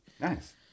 Nice